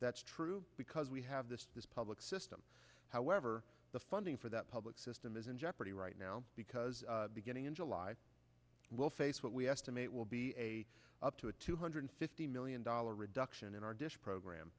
that's true because we have the public system however the funding for that public system is in jeopardy right now because beginning in july we'll face what we estimate will be a up to a two hundred fifty million dollar reduction in our dish